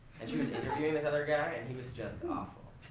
and she was interviewing this other guy, and he was just awful.